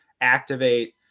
activate